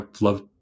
love